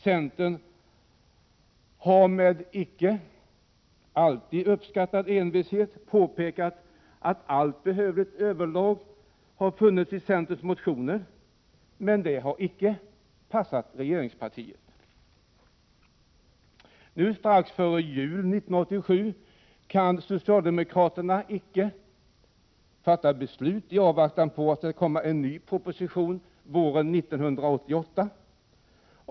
Centern har med en icke alltid uppskattad envishet påpekat att allt behövligt underlag har funnits i centerns motioner, men det har icke passat regeringspartiet. Nu strax före jul 1987 kan socialdemokraterna icke fatta beslut i avvaktan på att det skall komma en ny proposition våren 1988.